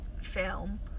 film